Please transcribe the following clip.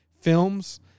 films